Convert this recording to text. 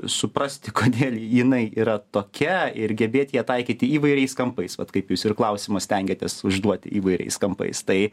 suprasti kodėl jinai yra tokia ir gebėti ją taikyti įvairiais kampais vat kaip jūs ir klausimą stengėtės užduoti įvairiais kampais tai